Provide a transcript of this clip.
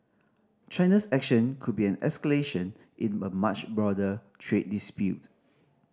China's action could be an escalation in a much broader trade dispute